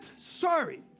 sorry